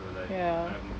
ya